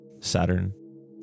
Saturn